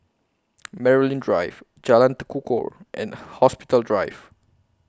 Maryland Drive Jalan Tekukor and Hospital Drive